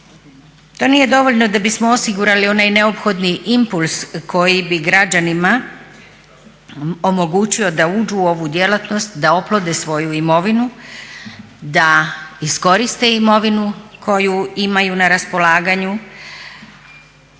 To nije dovoljno da bismo osigurali onaj neophodni impuls koji bi građanima omogućio da uđu u ovu djelatnost, da oplode svoju imovinu, da iskoriste imovinu koju imaju na raspolaganju,